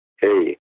hey